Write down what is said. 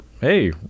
hey